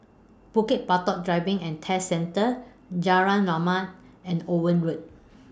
Bukit Batok Driving and Test Centre Jalan Rahmat and Owen Road